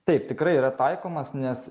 taip tikrai yra taikomas nes